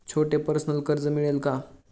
छोटे पर्सनल कर्ज मिळेल का?